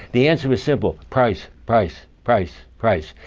the answer was simple price, price, price, price,